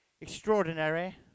extraordinary